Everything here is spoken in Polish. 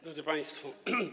Drodzy Państwo!